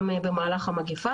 גם בתחנות מד"א ובפיקוד